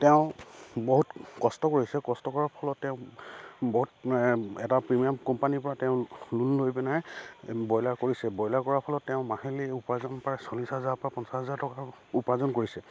তেওঁ বহুত কষ্ট কৰিছে কষ্ট কৰাৰ ফলত তেওঁ বহুত এটা প্ৰিমিয়াম কোম্পানীৰ পৰা তেওঁ লোন লৈ পেলাই ব্ৰইলাৰ কৰিছে ব্ৰইলাৰ কৰাৰ ফলত তেওঁ মাহিলী উপাৰ্জন প্ৰায় চল্লিছ হাজাৰৰপৰা পঞ্চাছ হাজাৰ টকা উপাৰ্জন কৰিছে